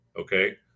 Okay